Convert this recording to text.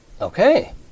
Okay